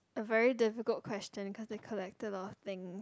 a very difficult question cause i collected a lot of thing